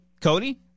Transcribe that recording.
Cody